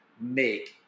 make